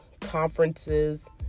conferences